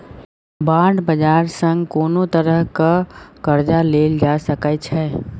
bond बाजार सँ कोनो तरहक कर्जा लेल जा सकै छै